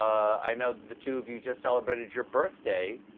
i know that the two of you just celebrated your birthday.